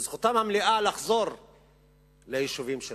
זכותם המלאה לחזור ליישובים שלהם,